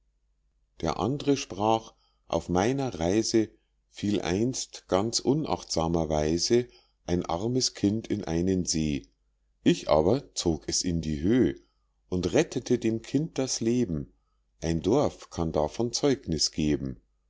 der andre sprach auf meiner reise fiel einst ganz unachtsamer weise ein armes kind in einen see ich aber zog es in die höh und rettete dem kind das leben ein dorf kann davon zeugniß geben